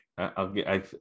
okay